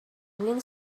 twin